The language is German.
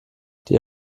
die